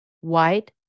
white